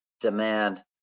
demand